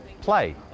play